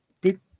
big